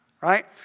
right